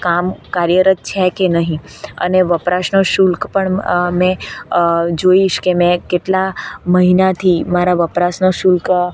કામ કાર્યરત છેકે નહીં અને વપરાશનો શુલ્ક પણ મેં જોઈશ કે મેં કેટલા મહિનાથી મારા વપરાશનો શુલ્ક